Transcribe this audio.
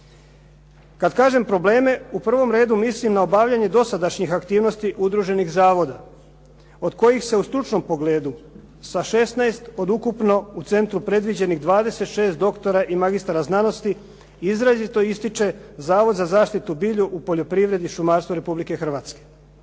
Kad kažem probleme u prvom redu mislim na obavljanje dosadašnjih aktivnosti udruženih zavoda od kojih se u stručnom pogledu sa 16 od ukupno u centru predviđenih 26 doktora i magistara znanosti izrazito ističe Zavod za zaštitu bilja u poljoprivredi i šumarstvu Republike Hrvatske.